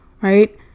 right